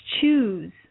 choose